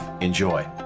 Enjoy